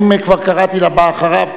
האם כבר קראתי לבא אחריו?